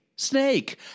Snake